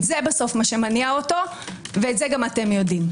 זה מה שמניע אותו בסוף ואת זה גם אתם יודעים.